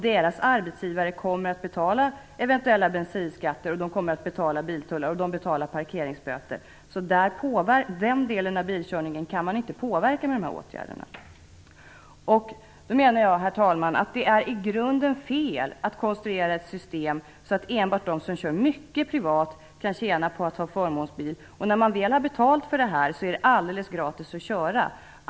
Deras arbetsgivare kommer att betala eventuella bensinskatter och biltullar, och de betalar parkeringsböter. Den delen av bilkörningen kan man inte påverka med dessa åtgärder. Herr talman! Jag menar att det är i grunden fel att konstruera ett system så att enbart de som kör mycket privat kan tjäna på att ha förmånsbil. När man väl har betalt för detta är det alldeles gratis att köra.